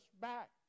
back